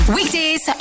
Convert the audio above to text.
Weekdays